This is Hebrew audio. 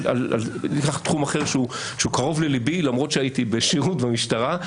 ניקח תחום אחר שהוא קרוב לליבי למרות שהייתי בשירות במשטרה,